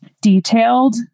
detailed